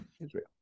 Israel